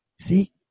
See